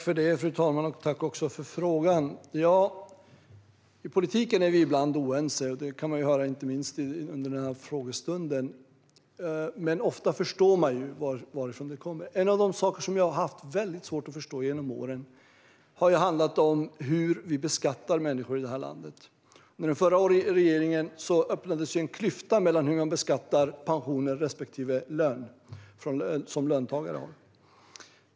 Fru talman! Jag tackar för frågan. I politiken är vi ibland oense. Det kan man höra inte minst under denna frågestund. Men ofta förstår man ju vad det beror på. En av de saker som jag har haft väldigt svårt att förstå genom åren är hur vi beskattar människor i det här landet. Med den förra regeringen öppnades en klyfta mellan beskattningen av pensioner och löner.